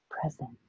present